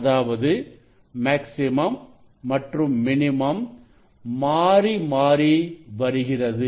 அதாவது மேக்ஸிமம் மற்றும் மினிமம் மாறி மாறி வருகிறது